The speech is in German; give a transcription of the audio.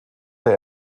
der